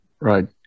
Right